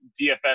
DFS